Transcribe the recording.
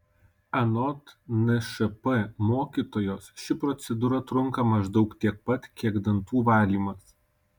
anot nšp mokytojos ši procedūra trunka maždaug tiek pat kiek dantų valymas